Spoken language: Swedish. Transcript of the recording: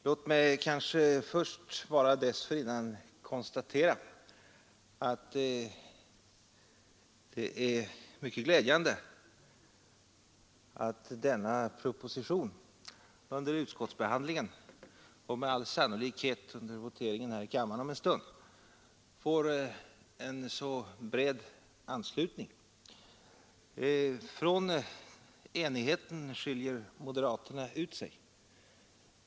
Låt mig dessförinnan konstatera att det är mycket glädjande att denna proposition under utskottsbehandlingen har fått och med all sannolikhet under voteringen här i kammaren om en stund får en bred anslutning. Från enigheten skiljer moderaterna ut sig.